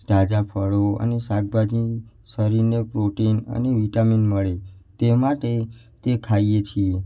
તાજા ફળો અને શાકભાજી શરીરને પ્રોટિન અને વિટામીન મળે તે માટે તે ખાઈએ છીએ